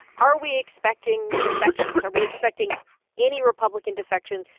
are we expecting defections? are we expecting any republican defections?